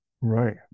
Right